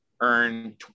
earn